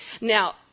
Now